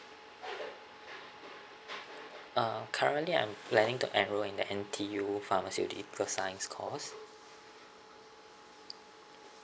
uh currently I'm planning to enroll in the N_T_U pharmaceutical science course